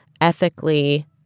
ethically